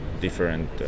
different